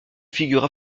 figure